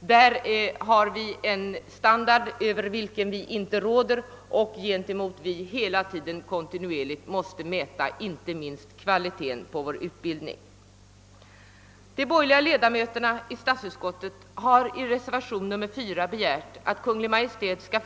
Den internationella standarden rår vi inte över och med denna har vi också hela tiden att mäta inte minst kvaliteten på vår egen utbildning. De borgerliga ledamöterna i. statsutskottet har i reservation nr 3 begärt, att Kungl. Maj:t skall.